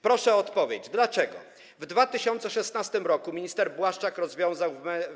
Proszę o odpowiedź, dlaczego w 2016 r. minister Błaszczak rozwiązał w